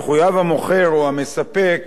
יחויב המוכר או המספק